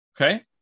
Okay